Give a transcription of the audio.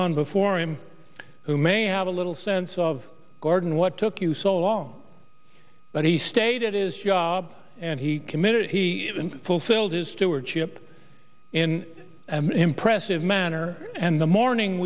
gone before him who may have a little sense of garden what took you so long but he stayed it is job and he committed it he fulfilled his stewardship in an impressive manner and the morning